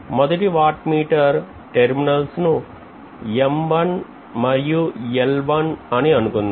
మొదటి watt meter terminals ను M1 మరియు L1 అని అనుకుందాం